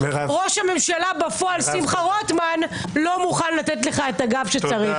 ראש הממשלה בפועל שמחה רוטמן לא מוכן לתת לך את הגב שצריך.